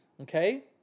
okay